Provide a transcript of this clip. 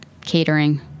catering